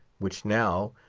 which now,